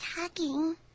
hugging